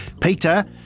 Peter